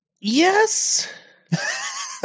Yes